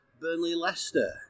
Burnley-Leicester